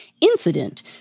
incident